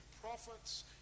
prophets